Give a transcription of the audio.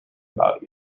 about